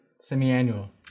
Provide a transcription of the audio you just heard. semiannual